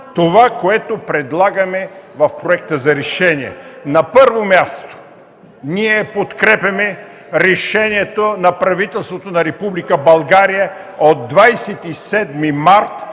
това, което предлагаме в Проекта за решение. На първо място, ние подкрепяме Решението на правителството на Република